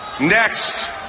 Next